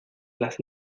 las